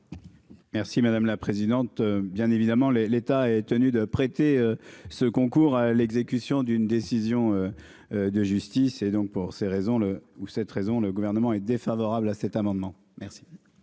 Merci madame la présidente. Bien évidemment les l'État est tenu de prêter ce concours l'exécution d'une décision. De justice et donc pour ces raisons le où cette raison le Gouvernement est défavorable à cet amendement. Merci.